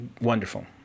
wonderful